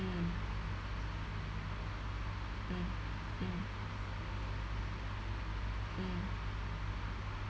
mm mm mm mm